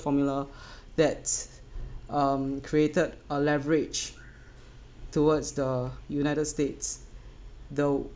formula that's created a leverage towards the united states though